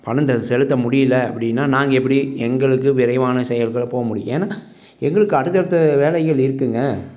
பணம் தெ செலுத்த முடியல அப்படின்னா நாங்கள் எப்படி எங்களுக்கு விரைவான செயல்கள் போக முடியும் ஏனால் எங்களுக்கு அடுத்தடுத்த வேலைகள் இருக்குதுங்க